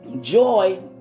joy